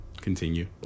continue